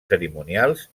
cerimonials